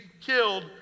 killed